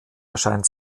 erscheint